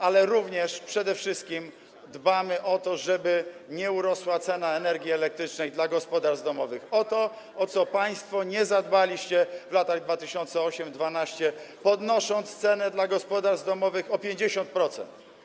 Ale równie, przede wszystkim, dbamy o to, żeby nie wzrosła cena energii elektrycznej dla gospodarstw domowych, o to, o co państwo nie zadbaliście w latach 2008–2012, podnosząc cenę dla gospodarstw domowych o 50%.